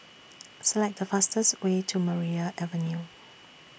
Select The fastest Way to Maria Avenue